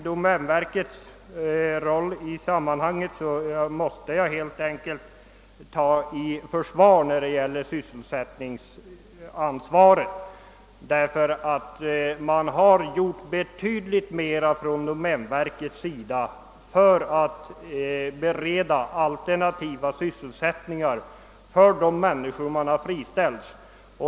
I fråga om sysselsättningsansvaret måste jag också ta domänverket i försvar. Domänverket har nämligen gjort åtskilligt för att bereda alternativa sysselsättningar åt de människor som friställts.